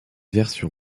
version